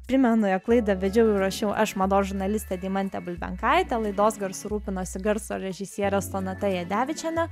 primenu jog laidą vedžiau ir ruošiau aš mados žurnalistė deimantė bulbenkaitė laidos garsu rūpinosi garso režisierė sonata jadevičienė